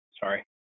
Sorry